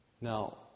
Now